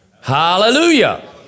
Hallelujah